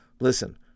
Listen